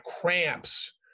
cramps